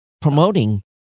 promoting